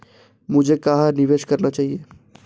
मुझे कहां निवेश करना चाहिए?